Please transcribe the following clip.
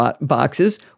boxes